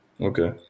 okay